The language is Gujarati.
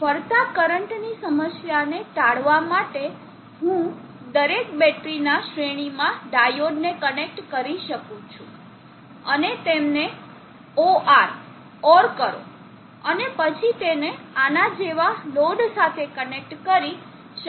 ફરતા કરંટની સમસ્યાને ટાળવા માટે હું દરેક બેટરીના શ્રેણીમાં ડાયોડ ને કનેક્ટ કરી શકું છું અને તેમને OR કરો અને પછી તેને આના જેવા લોડ સાથે કનેક્ટ કરી શકું છું